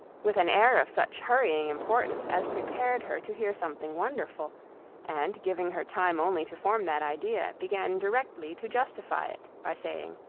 with an air of such hurrying importance as prepared her to hear something wonderful and giving her time only to form that idea, began directly to justify it, by saying,